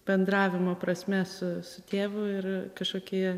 bendravimo prasme su su tėvu ir kažkokie